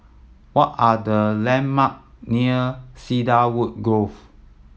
what are the landmark near Cedarwood Grove